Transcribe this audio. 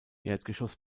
erdgeschoss